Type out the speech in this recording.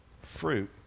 fruit